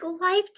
life